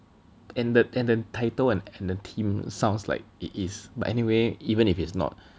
and the and the title and the team sounds like it is but anyway even if it's not